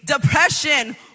depression